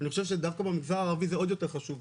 אני חושב שדווקא במגזר הערבי זה עוד יותר חשוב,